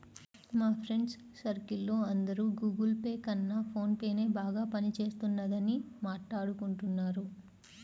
మా friends circle లో అందరూ గుగుల్ పే కన్నా ఫోన్ పేనే బాగా పని చేస్తున్నదని మాట్టాడుకుంటున్నారు